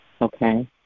okay